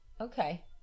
Okay